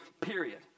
period